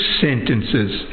sentences